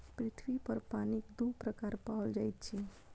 पृथ्वी पर पानिक दू प्रकार पाओल जाइत अछि